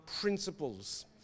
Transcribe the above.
principles